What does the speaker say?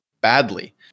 badly